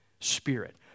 spirit